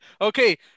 Okay